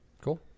cool